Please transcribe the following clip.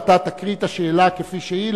ואתה תקרא את השאלה כפי שהיא.